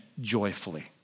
joyfully